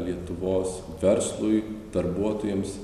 lietuvos verslui darbuotojams